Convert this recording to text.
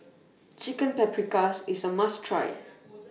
Chicken Paprikas IS A must Try